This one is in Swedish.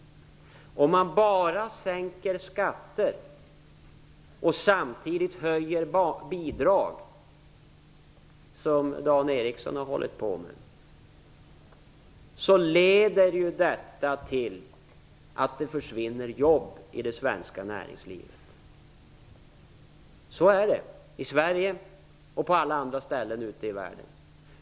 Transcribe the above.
Om man bara sänker skatter och samtidigt höjer bidrag, som Dan Ericsson har förespråkat, kommer jobb att försvinna i det svenska näringslivet. Så är det, i Sverige och på alla andra ställen ute i världen.